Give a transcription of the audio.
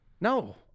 No